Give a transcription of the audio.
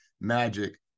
Magic